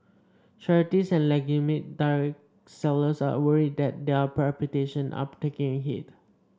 charities and legitimate direct sellers are worried that their reputation are taking a hit